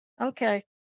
Okay